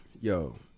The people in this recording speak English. yo